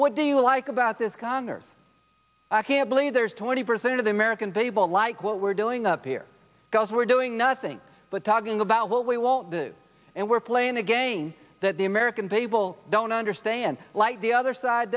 what do you like about this conners i can't believe there's twenty percent of the american people like what we're doing up here because we're doing nothing but talking about what we won't do and we're playing a game that the american people don't understand like the other side